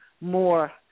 more